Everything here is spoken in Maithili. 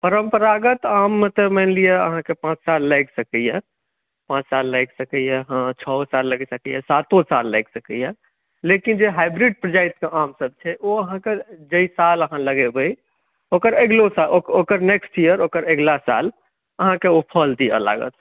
परम्परागत आममे तऽ मानि लिअ अहाँके पाँच साल लागि सकैए पाँच साल लागि सकैए हँ छओ साल लागि सकैए सातो साल लागि सकैए लेकिन जे हाइब्रिड प्रजातिके आमसभ छै ओ अहाँके जाहि साल अहाँ लगेबै ओकर अगिलो साल ओकर नेक्स्ट इयर ओकरा अगिला साल अहाँके ओ फल दिअ लागत